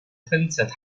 分子